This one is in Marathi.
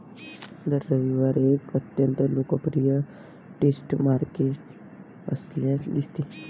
दर रविवारी एक अत्यंत लोकप्रिय स्ट्रीट मार्केट असल्याचे दिसते